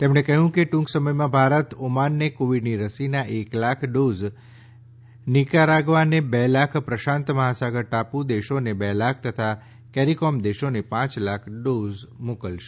તેમણે કહ્યું કે ટુંક સમયમાં ભારત ઓમાનને કોવિડની રસીનાં એક લાખ ડોઝ નીકારાગ્વાને બે લાખ પ્રશાંત મહાસાગર ટાપુ દેશોને બે લાખ તથા કેરીકોમ દેશોને પાંચ લાખ ડોઝ મોકલશે